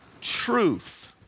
truth